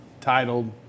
titled